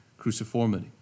cruciformity